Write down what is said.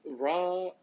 Raw